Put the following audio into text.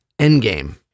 Endgame